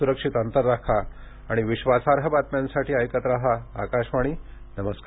सुरक्षित अंतर राखा आणि विश्वासार्ह बातम्यांसाठी ऐकत राहा आकाशवाणी नमस्कार